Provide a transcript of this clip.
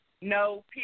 no